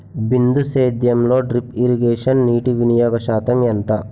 బిందు సేద్యంలో drip irrigation నీటివినియోగ శాతం ఎంత?